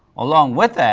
along with that,